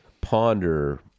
ponder